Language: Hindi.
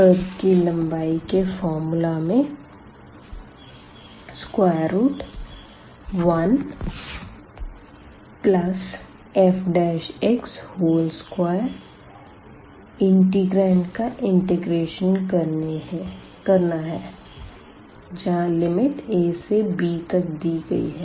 कर्व की लम्बाई के फॉर्मूले में 1fx2 इंटिग्रांड का इंटीग्रेशन करना है जहाँ लिमिट a से b तक दी गई है